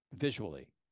visually